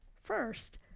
first